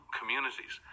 communities